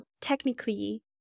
technically